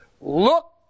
look